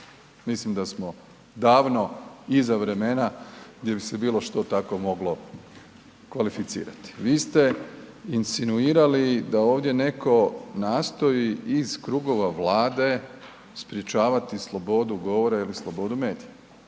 Mislim da smo davno iza vremena gdje bi se bilo što takvo moglo kvalificirati. Vi ste insinuirali da ovdje netko nastoji iz krugova Vlade sprečavati slobodu govora ili slobodu medija.